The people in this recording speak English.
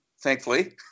thankfully